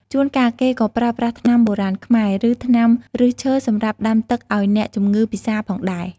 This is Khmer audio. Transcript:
ជួនកាល គេក៏ប្រើប្រាស់ថ្នាំបុរាណខ្មែរ ឬ ថ្នាំឫសឈើសម្រាប់ដាំទឹកឱ្យអ្នកជម្ងឺពិសាផងដែរ។